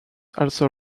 also